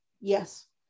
Yes